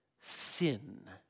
Sin